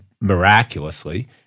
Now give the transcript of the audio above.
miraculously